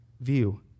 view